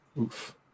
oof